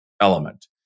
element